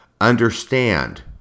understand